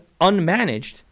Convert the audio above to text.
unmanaged